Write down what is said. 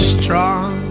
strong